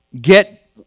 get